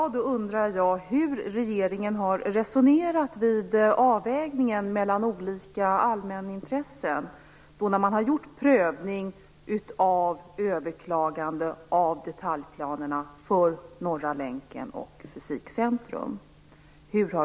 Men jag undrar hur regeringen har resonerat vid avvägningen mellan olika allmänintressen när man gjort prövning av överklaganden av detaljplanerna för Norra länken och Fysikcentrum.